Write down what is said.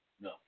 No